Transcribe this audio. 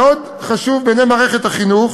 מאוד חשוב בעיני מערכת החינוך,